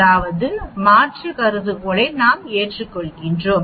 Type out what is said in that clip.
அதாவது மாற்று கருதுகோளை நாங்கள் ஏற்றுக்கொள்கிறோம்